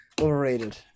Overrated